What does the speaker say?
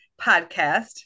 podcast